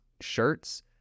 shirts